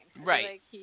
Right